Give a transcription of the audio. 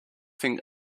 think